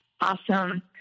Awesome